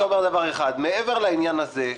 מכלוף מיקי זוהר (יו"ר הוועדה המיוחדת): מעבר לעניין הזה,